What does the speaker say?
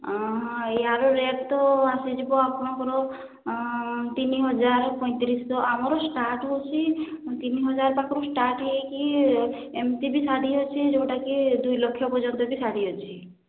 ହଁ ହଁ ୟାର ରେଟ୍ ତ ଆସିଯିବ ଆପଣଙ୍କର ତିନିହଜାର ପଇଁତିରିଶ ଶହ ଆମର ଷ୍ଟାର୍ଟ ହେଉଛି ତିନିହଜାର ପାଖରୁ ଷ୍ଟାର୍ଟ ହେଇକି ଏମତି ବି ଶାଢ଼ୀ ଅଛି ଯେଉଁଟାକି ଦୁଇଲକ୍ଷ ପର୍ଯ୍ୟନ୍ତ ବି ଶାଢ଼ୀ ଅଛି